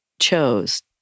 chose